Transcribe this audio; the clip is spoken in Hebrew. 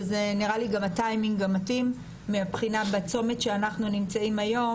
וזה נראה לי גם הטיימינג המתאים מבחינת הצומת שאנחנו נמצאים היום